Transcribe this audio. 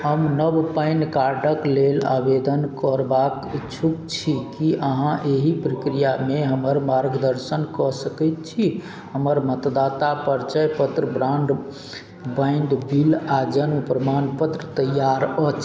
हम नव पैन कार्डके लेल आवेदन करबाक इच्छुक छी कि अहाँ एहि प्रक्रियामे हमर मार्गदर्शन कऽ सकै छी हमर मतदाता परिचय पत्र ब्रॉडबैण्ड बिल आओर जनम प्रमाणपत्र तैआर अछि